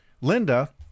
Linda